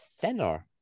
thinner